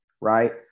right